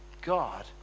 God